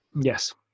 yes